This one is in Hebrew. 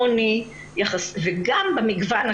עוני וגם במגוון,